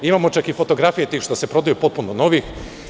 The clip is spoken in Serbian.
Imamo čak i fotografije tih što se prodaju, potpuno novi.